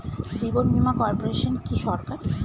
জীবন বীমা কর্পোরেশন কি সরকারি?